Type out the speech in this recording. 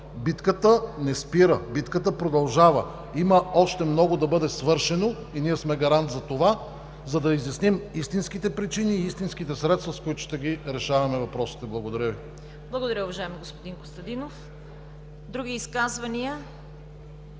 Битката не спира. Битката продължава. Има още много да бъде свършено и ние сме гарант за това да изясним истинските причини и истинските средства, с които ще решаваме въпросите. Благодаря Ви. ПРЕДСЕДАТЕЛ ЦВЕТА КАРАЯНЧЕВА: Благодаря, уважаеми господин Костадинов. Други изказвания?